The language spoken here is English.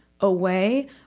away